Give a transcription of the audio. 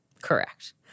Correct